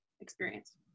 experience